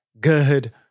good